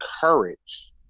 courage